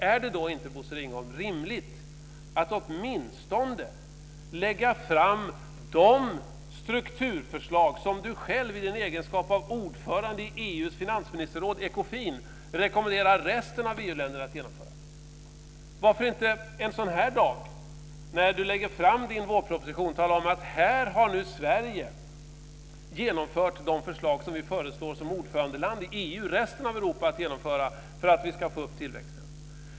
Är det då inte rimligt att åtminstone lägga fram de strukturförslag som Bosse Ringholm själv i sin egenskap av ordförande i EU:s finansministerråd, Ekofin, rekommenderar resten av EU-länderna att genomföra? Varför inte en sådan här dag, när han lägger fram sin vårproposition, tala om att här har Sverige genomfört de förslag som vi som ordförandeland i EU anser att resten av Europa ska genomföra för att få upp tillväxten?